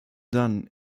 dunn